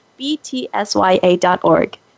btsya.org